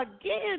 again